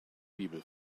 bibel